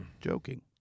joking